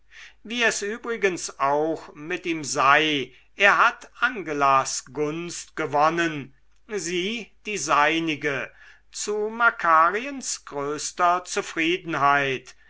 wie es übrigens auch mit ihm sei er hat angelas gunst gewonnen sie die seinige zu makariens größter zufriedenheit